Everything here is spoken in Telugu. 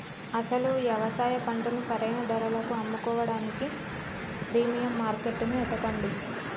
అసలు యవసాయ పంటను సరైన ధరలకు అమ్ముకోడానికి ప్రీమియం మార్కేట్టును ఎతకండి